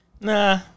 Nah